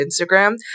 Instagram